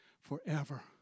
forever